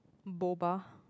Boba